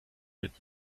mit